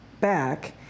back